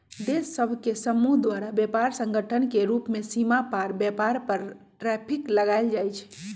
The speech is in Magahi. देश सभ के समूह द्वारा व्यापार संगठन के रूप में सीमा पार व्यापार पर टैरिफ लगायल जाइ छइ